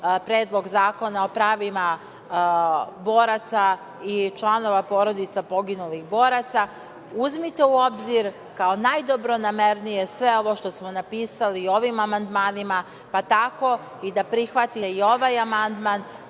Predlog zakona o pravima boraca i članova porodica poginulih boraca, uzmite u obzir kao najdobronamernije sve ovo što smo napisali ovim amandmanima, pa tako i da prihvatite i ovaj amandman